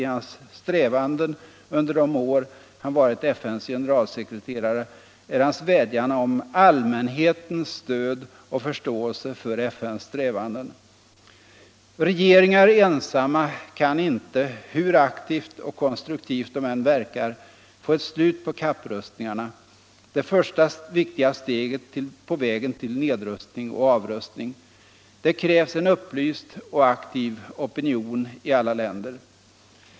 i hans strävanden under de år han varit FN:s generalsekreterare är hans vädjan om allmänhetens stöd och förståelse för FN:s strävanden. Regeringar ensamma kan inte, hur aktivt och konstruktivt de än verkar, få ett slut på kapprustningarna, det första viktiga steget på vägen till debatt och valutapolitisk debatt nedrustning och avrustning. Det krävs en upplyst och aktiv opinion i alla länder.